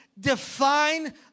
define